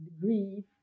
grief